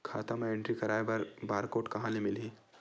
खाता म एंट्री कराय बर बार कोड कहां ले मिलही?